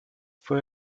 fue